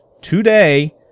today